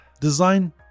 design